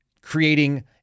creating